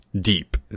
deep